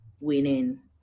winning